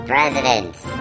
Presidents